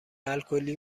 الکلی